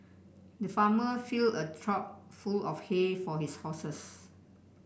the farmer filled a trough full of hay for his horses